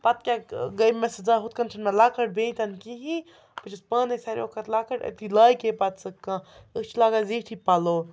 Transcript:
پَتہٕ کیٛاہ گٔے مےٚ سُہ ہُتھ کٔنۍ چھُنہٕ مےٚ لۄکٕٹ بیٚنہِ تہِ نہٕ کِہیٖنۍ بہٕ چھَس پانَے ساروِیو کھۄتہٕ لۄکٕٹ أتی لاگہِ ہے پَتہٕ سُہ کانٛہہ أسۍ چھِ لاگان زیٖٹھی پَلو